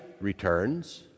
returns